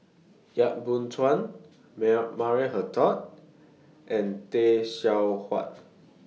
Yap Boon Chuan Maya Maria Hertogh and Tay Seow Huah